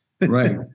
Right